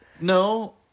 No